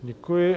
Děkuji.